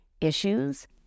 issues